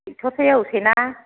टेक्टरसो एवसै ना